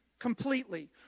Completely